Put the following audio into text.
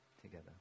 together